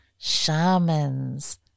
shamans